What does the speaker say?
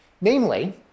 namely